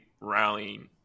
rallying